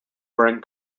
brent